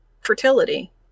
fertility